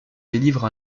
délivre